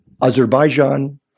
Azerbaijan